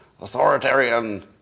authoritarian